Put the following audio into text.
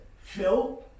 Phil